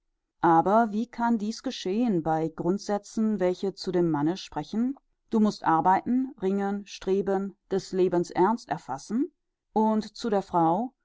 aber wie kann dies geschehen bei grundsätzen welche zu dem manne sprechen du mußt arbeiten ringen streben des lebens ernst erfassen und zu der frau